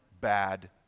bad